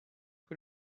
que